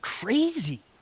crazy